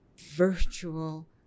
virtual